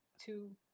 two